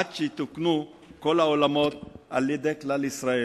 עד שיתוקנו כל העולמות על-ידי כלל ישראל,